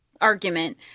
argument